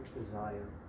desire